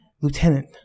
Lieutenant